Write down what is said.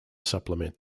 supplement